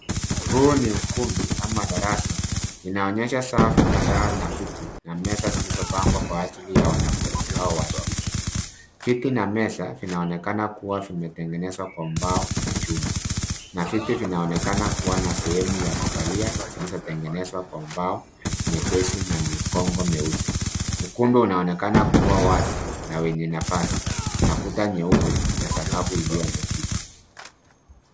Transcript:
Huu ni ukumbi ama darasa linaonyesha safu kadhaa na miti na meza zilizopangwa kwa ajili ya wanafunzi au washiriki. Viti na meza vinaonekana kuwa vimetengenezwa kwa mbao na chuma na viti vinaonekana kuwa na sehemu ya kukalia zilizotengenezwa kwa mbao nyepesi na mikongo meusi. Ukumbi unaonekana kuwa wazi na wenye nafasi na kuta nyeupe na sakafu iliyo na kitu.